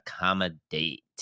accommodate